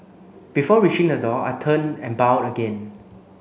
before reaching the door I turned and bowed again